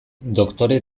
doktore